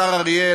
השר אריאל,